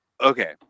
okay